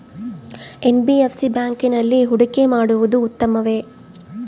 NBFC ಬ್ಯಾಂಕಿನಲ್ಲಿ ಹೂಡಿಕೆ ಮಾಡುವುದು ಉತ್ತಮವೆ?